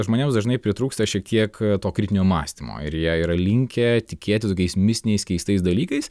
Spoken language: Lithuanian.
žmonėms dažnai pritrūksta šiek tiek to kritinio mąstymo ir jie yra linkę tikėti tokiais mistiniais keistais dalykais